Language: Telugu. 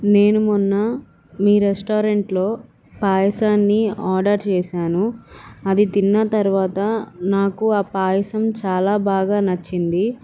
నేను మొన్న మీ రెస్టారెంట్లో పాయసాన్ని ఆర్డర్ చేశాను అది తిన్న తర్వాత నాకు ఆ పాయసం చాలా బాగా నచ్చింది